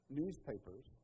newspapers